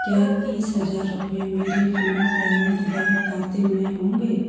क्या तीस हज़ार रुपये मेरे फिनो पेमेंट्स बैंक खाते में होंगे